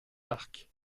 arques